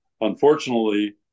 Unfortunately